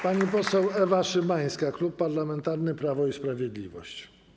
Pani poseł Ewa Szymańska, Klub Parlamentarny Prawo i Sprawiedliwość.